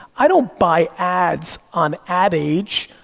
i don't buy ads on ad age,